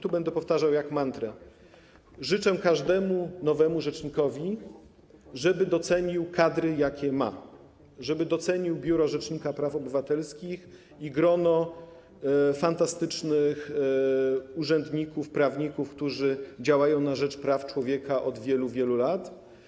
Tu będę powtarzał jak mantrę: życzę każdemu nowemu rzecznikowi, żeby docenił kadry, jakie ma, żeby docenił Biuro Rzecznika Praw Obywatelskich i grono fantastycznych urzędników, prawników, którzy działają na rzecz praw człowieka od wielu, wielu lat.